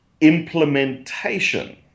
implementation